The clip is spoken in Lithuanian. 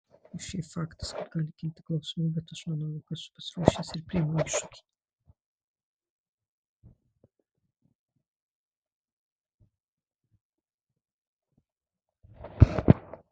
o šiaip faktas kad gali kilti klausimų bet aš manau jog esu pasiruošęs ir priėmiau iššūkį